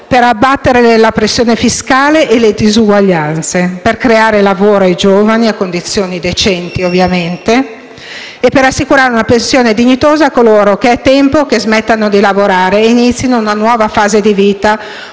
per abbattere la pressione fiscale e le disuguaglianze, per creare lavoro ai giovani, a condizioni decenti, ovviamente, e per assicurare una pensione dignitosa a coloro che è tempo che smettano di lavorare e inizino una nuova fase di vita,